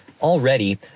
Already